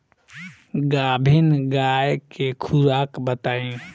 गाभिन गाय के खुराक बताई?